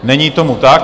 Není tomu tak.